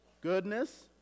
goodness